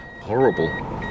Horrible